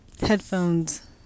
headphones